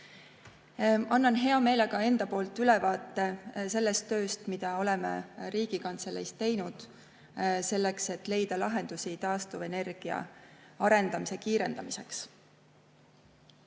Annan hea meelega ülevaate sellest tööst, mida oleme Riigikantseleis teinud, et leida lahendusi taastuvenergia arendamise kiirendamiseks.